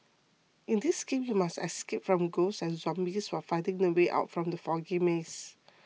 in this game you must escape from ghosts and zombies while finding the way out from the foggy maze